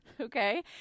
Okay